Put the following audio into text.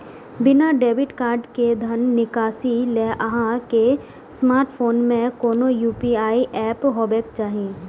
बिना debit card के धन निकासी लेल अहां के स्मार्टफोन मे कोनो यू.पी.आई एप हेबाक चाही